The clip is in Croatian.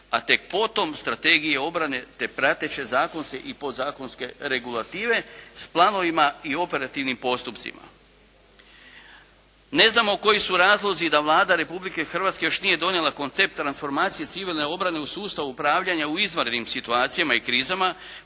a tek potom strategije obrane te prateće zakonske i podzakonske regulative s planovima i operativnim postupcima. Ne znamo koji su razlozi da Vlada Republike Hrvatske još nije donijela koncept transformacije Civilne obrane u sustavu upravljanju u izvanrednim situacijama i krizama